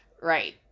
right